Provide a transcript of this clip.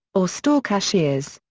or store cashiers.